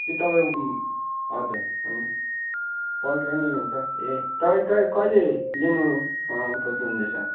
कि तपाईँ हजुर भन्नु न पल्सर नै लिनु हुन्छ ए तपाईँ कहिले लिनु खोज्नु हुँदैछ